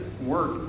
work